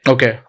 Okay